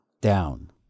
down